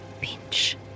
Pinch